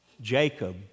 Jacob